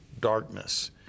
darkness